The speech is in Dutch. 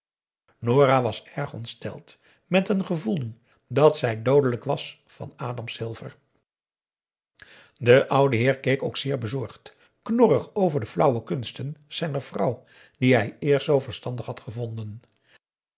nora was erg ontsteld met een gevoel nu dat zij doodelijk was van adam silver de oude heer keek ook zeer bezorgd knorrig over de flauwe kunsten zijner vrouw die hij eerst zoo verstandig had gevonden